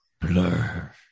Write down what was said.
blur